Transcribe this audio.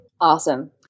Awesome